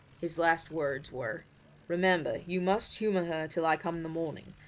his last words were remember, you must humour her till i come in the morning,